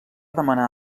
demanar